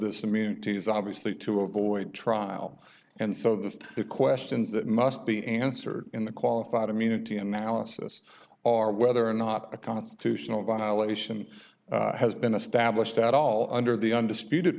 immunity is obviously to avoid trial and so that the questions that must be answered in the qualified immunity analysis are whether or not a constitutional violation has been established at all under the undisputed